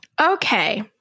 Okay